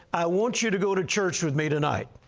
i want you to go to church with me tonight.